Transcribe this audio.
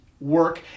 work